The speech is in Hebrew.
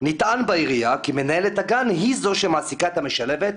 נטען בעירייה כי מנהלת הגן היא זו שמעסיקה את המשלבת,